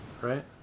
right